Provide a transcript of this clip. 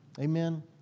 Amen